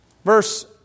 Verse